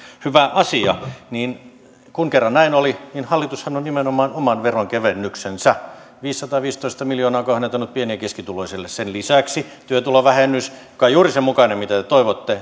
hyvä asia niin kun kerran näin oli niin hallitushan on nimenomaan oman veronkevennyksensä viisisataaviisitoista miljoonaa kohdentanut pieni ja keskituloisille sen lisäksi on työtulovähennys joka on juuri sen mukainen mitä te toivoitte